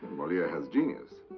moliere has genius.